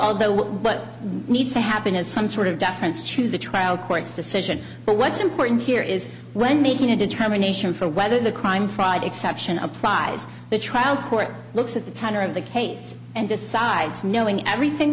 although what but needs to happen is some sort of deference to the trial court's decision but what's important here is when making a determination for whether the crime fraud exception uprise the trial court looks at the tenor of the case and decides knowing everything